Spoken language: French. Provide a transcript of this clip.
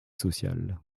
social